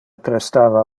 prestava